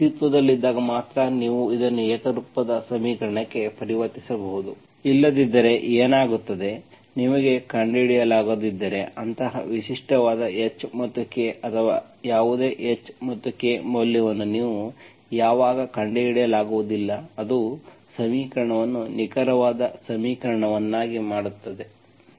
ಅವು ಅಸ್ತಿತ್ವದಲ್ಲಿದ್ದಾಗ ಮಾತ್ರ ನೀವು ಇದನ್ನು ಏಕರೂಪದ ಸಮೀಕರಣಕ್ಕೆ ಪರಿವರ್ತಿಸಬಹುದು ಇಲ್ಲದಿದ್ದರೆ ಏನಾಗುತ್ತದೆ ನಿಮಗೆ ಕಂಡುಹಿಡಿಯಲಾಗದಿದ್ದರೆ ಅಂತಹ ವಿಶಿಷ್ಟವಾದ h ಮತ್ತು k ಅಥವಾ ಯಾವುದೇ h ಮತ್ತು k ಮೌಲ್ಯವನ್ನು ನೀವು ಯಾವಾಗ ಕಂಡುಹಿಡಿಯಲಾಗುವುದಿಲ್ಲ ಅದು ಸಮೀಕರಣವನ್ನು ನಿಖರವಾದ ಸಮೀಕರಣವನ್ನಾಗಿ ಮಾಡುತ್ತದೆ